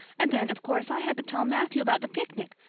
and then, of course, i had to tell matthew about the picnic.